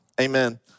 Amen